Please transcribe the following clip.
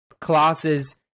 classes